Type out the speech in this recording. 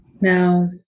Now